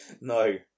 no